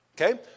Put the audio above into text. Okay